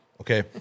Okay